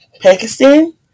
Pakistan